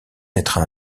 naîtra